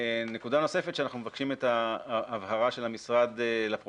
נקודה נוספת שאנחנו מבקשים את ההבהרה של המשרד לפרוטוקול